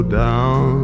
down